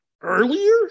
Earlier